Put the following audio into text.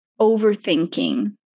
overthinking